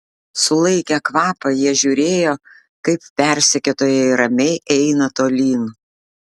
sulaikę kvapą jie žiūrėjo kaip persekiotojai ramiai eina tolyn